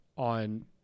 on